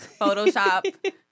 Photoshop